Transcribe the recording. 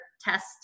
test